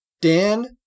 Dan